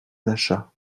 d’achat